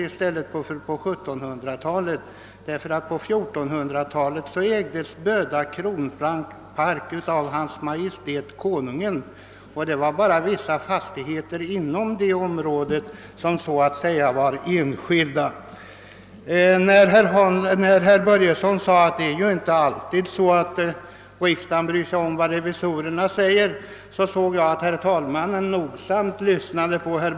I stället för 1700-talet borde han ha börjat med 1400-talet, ty då ägdes Böda kronopark av Hans Majestät Konungen och endast vissa fastigheter inom området befann sig i enskild ägo. När herr Börjesson sade att riksdagen inte alltid bryr sig om vad statsrevisorerna säger såg jag att herr förste vice talmannen lyssnade uppmärksamt.